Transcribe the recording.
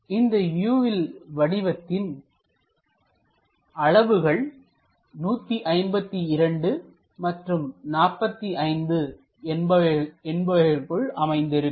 எனவே இந்த வியூவில் வடிவத்தின் அளவுகள் 152 மற்றும் 45 என்பவைகளுக்குள் அமைந்திருக்கும்